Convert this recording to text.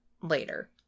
later